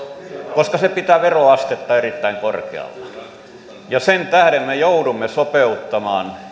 koska se pitää veroastetta erittäin korkealla sen tähden me joudumme sopeuttamaan